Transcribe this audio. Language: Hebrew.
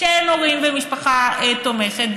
כשאין הורים ומשפחה תומכת,